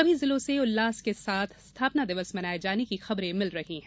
सभी जिलों से उल्लास के साथ स्थापना दिवस मनाए जाने की खबरें मिल रही हैं